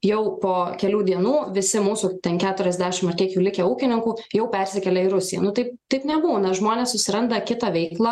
jau po kelių dienų visi mūsų ten keturiasdešim ar kiek jų likę ūkininkų jau persikėlė į rusiją nu taip taip nebūna žmonės susiranda kitą veiklą